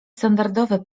standardowe